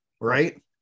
Right